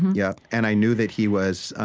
yeah and i knew that he was